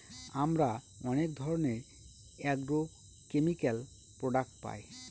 আমরা অনেক ধরনের এগ্রোকেমিকাল প্রডাক্ট পায়